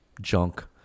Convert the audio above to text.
junk